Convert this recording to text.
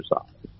exercise